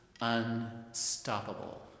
unstoppable